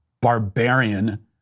barbarian